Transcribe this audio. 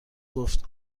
گفت